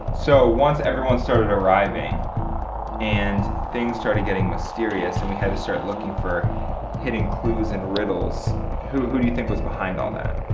so once everyone started arriving and things started getting mysterious and we had to start looking for hidden clues and riddles who who do you think was behind all that?